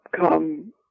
come